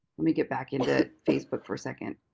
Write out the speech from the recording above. let me get back in to facebook for a second